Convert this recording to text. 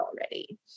already